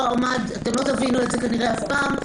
אתם לא תבינו את זה כנראה אף פעם,